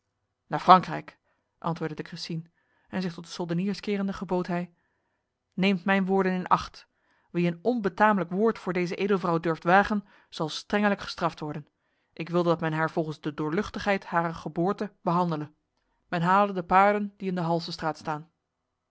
naar frankrijk antwoordde de cressines en zich tot de soldeniers kerende gebood hij neemt mijn woorden in acht wie een onbetamelijk woord voor deze edelvrouw durft wagen zal strengelijk gestraft worden ik wil dat men haar volgens de doorluchtigheid harer geboorte behandele men hale de paarden die in de halsestraat staan